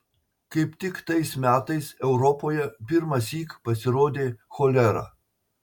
kaip tik tais metais europoje pirmąsyk pasirodė cholera